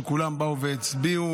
שכולם באו והצביעו,